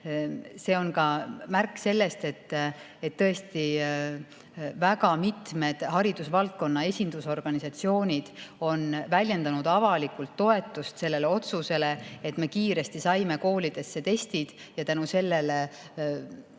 see on ka märk, et tõesti väga mitmed haridusvaldkonna esindusorganisatsioonid on väljendanud avalikult toetust sellele otsusele, et me kiiresti saime koolidesse testid ja tänu sellele